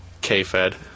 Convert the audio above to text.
K-Fed